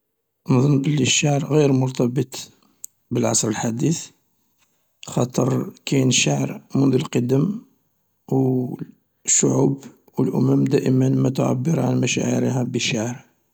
نظن بلي الشعر غير مرتبط بالعصر الحديث خاطر كاين الشعر منذ القدم و الشعوب والأمم دائما ما تعبر عن مشاعرها بالشعر.